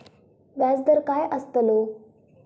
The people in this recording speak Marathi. व्याज दर काय आस्तलो?